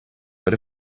but